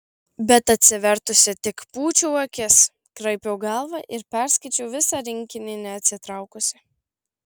bet atsivertusi tik pūčiau akis kraipiau galvą ir perskaičiau visą rinkinį neatsitraukusi